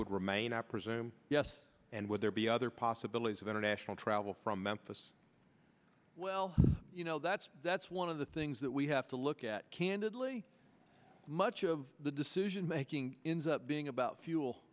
would remain i presume yes and would there be other possibilities of international travel from memphis well you know that's that's one of the things that we have to look at candidly much of the decision making being about fuel